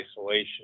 isolation